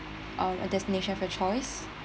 um a destination of your choice